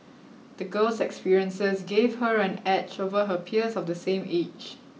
the girl's experiences gave her an edge over her peers of the same age